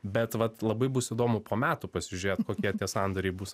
bet vat labai bus įdomu po metų pasižiūrėt kokie tie sandoriai bus